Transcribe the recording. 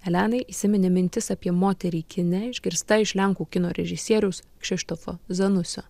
elenai įsiminė mintis apie moterį kine išgirsta iš lenkų kino režisieriaus kšištofo zanusio